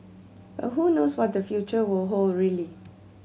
but who knows what the future will hold really